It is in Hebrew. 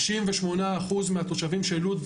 98% מהתושבים של לוד,